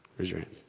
raise your hand.